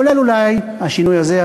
כולל אולי השינוי הזה.